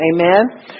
Amen